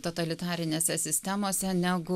totalitarinėse sistemose negu